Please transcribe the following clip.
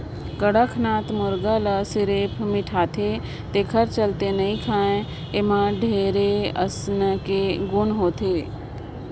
कड़कनाथ मुरगा ल सिरिफ मिठाथे तेखर चलते नइ खाएं एम्हे ढेरे अउसधी कर गुन होथे